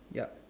yup